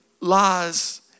lies